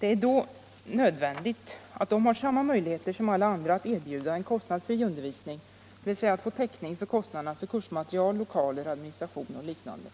Det är då nödvändigt att de har samma möjligheter som alla andra att erbjuda en kostnadsfri undervisning, dvs. de måste få täckning för kostnaderna för kursmaterial, lokaler, administration och liknande.